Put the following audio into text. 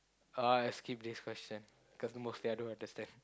uh I'll skip this question cause mostly I don't understand